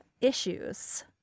issues